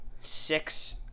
six